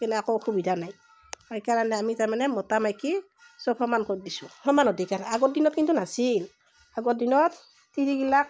এইগিলা একো অসুবিধা নাই সেই কাৰণে আমি তাৰমানে মতা মাইকী চব সমান কৰি দিছোঁ সমান অধিকাৰ আগৰ দিনত কিন্তু নাছিল আগৰ দিনত তিৰিগিলাক